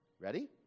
Ready